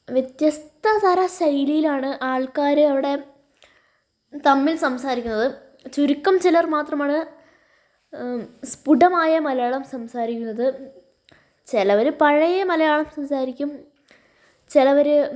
വ്യത്യസ്ത്തതരം ശൈലിയിലാണ് ആൾക്കാർ അവിടെ തമ്മിൽ സംസാരിക്കുന്നത് ചുരുക്കം ചിലർ മാത്രമാണ് സ്പുടമായ മലയാളം സംസാരിക്കുന്നത് ചിലവർ പഴയ മലയാളം സംസാരിക്കും ചിലവർ